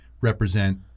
represent